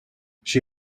she